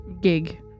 gig